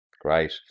Great